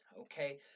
okay